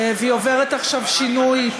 והיא עוברת עכשיו שינוי,